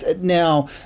now